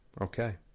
Okay